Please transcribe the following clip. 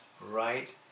right